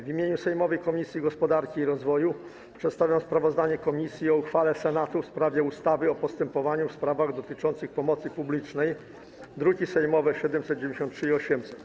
W imieniu sejmowej Komisji Gospodarki i Rozwoju przedstawiam sprawozdanie o uchwale Senatu w sprawie ustawy o postępowaniu w sprawach dotyczących pomocy publicznej, druki nr 793 i 800.